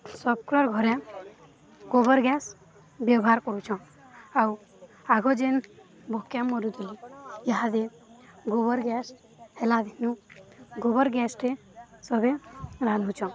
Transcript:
ଘରେ ଗୋବର ଗ୍ୟାସ୍ ବ୍ୟବହାର କରୁଛନ୍ ଆଉ ଆଗ ଯେନ୍ ଭୋକେ ମରୁୁଥିଲେ ଇହାଦେ ଗୋବର ଗ୍ୟାସ୍ ହେଲା ଦିନୁ ଗୋବର ଗ୍ୟାସ୍ଟେ ସବେ ରାନ୍ଧୁଛନ୍